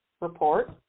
report